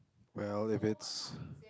well if it's